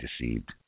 deceived